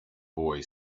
boy